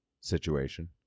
situation